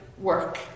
work